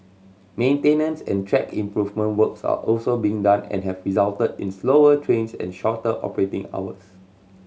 maintenance and track improvement works are also being done and have resulted in slower trains and shorter operating hours